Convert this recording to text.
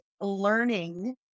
learning